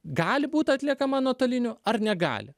gali būt atliekama nuotoliniu ar negali